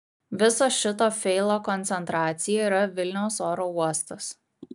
viso šito feilo koncentracija yra vilniaus oro uostas